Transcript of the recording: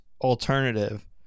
alternative